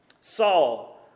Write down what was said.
Saul